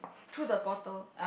threw the bottle